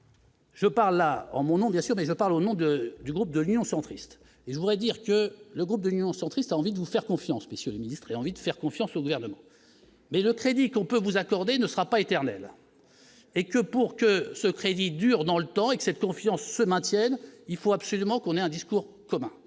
Je parle en mon nom, bien sûr, mais je parle au nom de du groupe de l'Union centriste et je voudrais dire que le groupe d'union centriste a envie de vous faire confiance, messieurs les ministres et envie de faire confiance au gouvernement, mais le crédit qu'on peut vous accorder ne sera pas éternelle et que pour que ce crédit dure dans le temps et que cette confiance se maintiennent, il faut absolument qu'on ait un discours commun